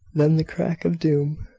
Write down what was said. than the crack of doom.